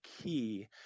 key